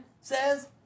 says